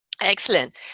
Excellent